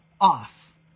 off